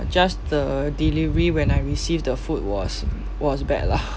just the delivery when I received the food was was bad lah